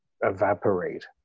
evaporate